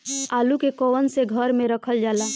आलू के कवन से घर मे रखल जाला?